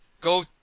go